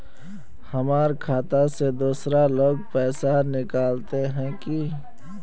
हमर खाता से दूसरा लोग पैसा निकलते है की?